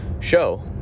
show